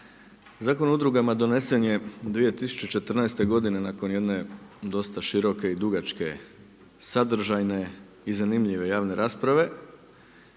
Zakon o udrugama donesen je 2014. godine nakon jedne dosta široke i dugačke sadržajne i zanimljive javne rasprave.